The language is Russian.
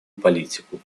политику